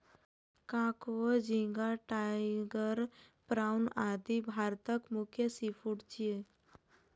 कांकोर, झींगा, tiger prawn, आदि भारतक प्रमुख सीफूड छियै